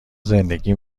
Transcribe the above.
زندگی